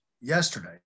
yesterday